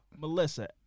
Melissa